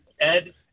Ed